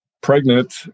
pregnant